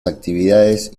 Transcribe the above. actividades